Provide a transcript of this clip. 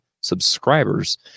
subscribers